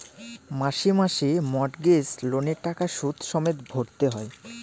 মাসে মাসে মর্টগেজ লোনের টাকা সুদ সমেত ভরতে হয়